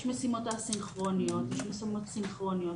יש משימות א-סינכרוניות, יש משימות סינכרוניות.